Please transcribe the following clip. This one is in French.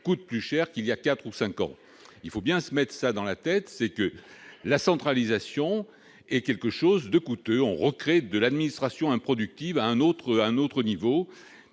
coûte plus cher qu'il y a 4 ou 5 ans, il faut bien se mettre ça dans la tête, c'est que la centralisation est quelque chose de coûteux, on recrée de l'administration improductives à un autre, un